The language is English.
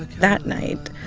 that night,